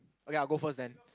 oh ya go first then